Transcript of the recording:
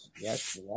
Yes